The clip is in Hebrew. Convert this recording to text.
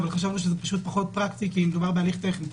אבל חשבנו שזה פחות פרקטי כי מדובר בהליך טכני.